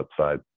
outside